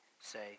say